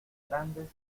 grandes